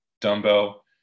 dumbbell